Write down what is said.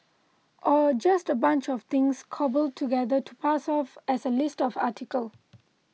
or just a bunch of things cobbled together to pass off as a list of article